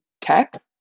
tech